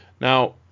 Now